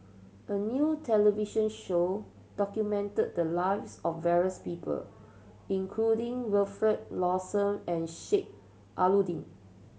a new television show documented the lives of various people including Wilfed Lawson and Sheik Alau'ddin